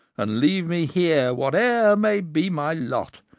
and leave me here whate'er may be my lot,